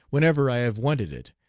whenever i have wanted it,